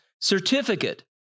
certificate